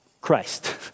Christ